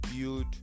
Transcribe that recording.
build